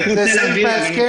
זה סעיף בהסכם.